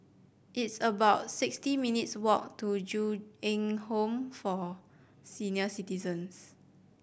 it's about sixty minutes' walk to Ju Eng Home for Senior Citizens